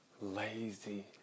lazy